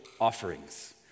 offerings